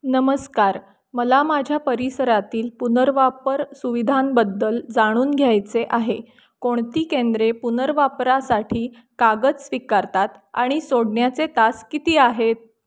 नमस्कार मला माझ्या परिसरातील पुनर्वापर सुविधांबद्दल जाणून घ्यायचे आहे कोणती केंद्रे पुनर्वापरासाठी कागद स्वीकारतात आणि सोडण्याचे तास किती आहेत